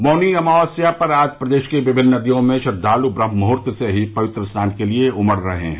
मौनी अमावस्या पर आज प्रदेश की विमिन्न नदियों में श्रद्वालु ब्रह्ममुहूर्त से ही पवित्र स्नान के लिए उमड़ रहे हैं